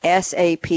SAP